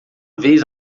vez